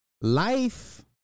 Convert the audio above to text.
life